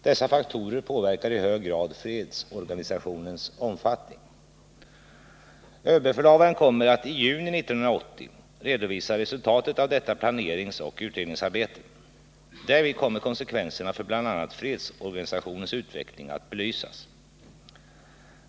Dessa faktorer påverkar i hög grad fredsorganisationens omfattning. Överbefälhavaren kommer att i juni 1980 redovisa resultatet av detta planeringsoch utredningsarbete. Därvid kommer konsekvenserna för bl.a. fredsorganisationens utveckling att belysas.